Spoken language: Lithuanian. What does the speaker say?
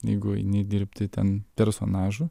jeigu eini dirbti ten personažu